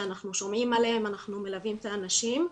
שאנחנו שומעים עליהם ואנחנו מלווים את האנשים.